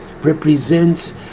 represents